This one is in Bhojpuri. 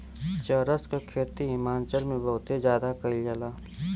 चरस क खेती हिमाचल में बहुते जादा कइल जाला